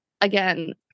again